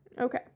Okay